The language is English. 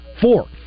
four